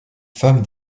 femme